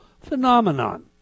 phenomenon